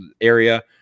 area